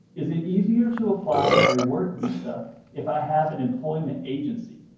is it easier to apply for a work visa if i have an employment agency?